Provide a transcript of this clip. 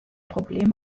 problem